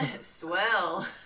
Swell